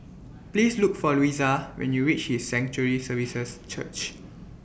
Please Look For Louisa when YOU REACH His Sanctuary Services Church